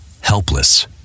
helpless